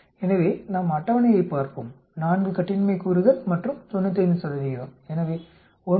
எனவே நாம் அட்டவணையைப் பார்ப்போம் 4 கட்டின்மை கூறுகள் மற்றும் 95 எனவே 9